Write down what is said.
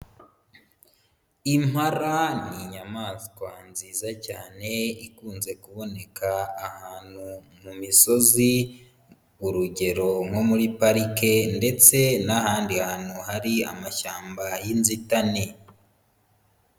Impala ni inyamaswa nziza cyane ikunze kuboneka ahantu mu misozi, urugero nko muri parike ndetse n'ahandi hantu hari amashyamba y'inzitane.